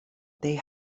they